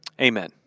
Amen